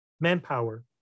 manpower